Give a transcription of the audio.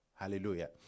Hallelujah